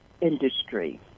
industry